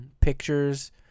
pictures